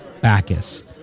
Bacchus